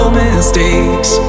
mistakes